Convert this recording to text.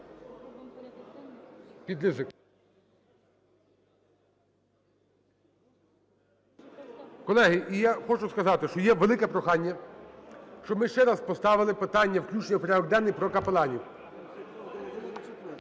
Колеги, і я хочу сказати, що є велике прохання, щоб ми ще раз поставили питання включення в порядок денний про капеланів.